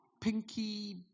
pinky